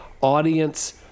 audience